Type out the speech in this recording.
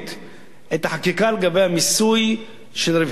את החקיקה לגבי המיסוי של רווחי הגז.